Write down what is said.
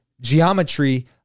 geometry